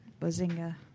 Bazinga